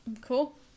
Cool